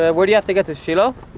ah where do you have to get to? shilo?